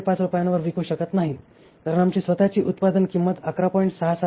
5 रूपयांवर विकू शकत नाही कारण आमची स्वतःची उत्पादन किंमत 11